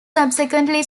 subsequently